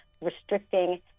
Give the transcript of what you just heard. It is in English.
restricting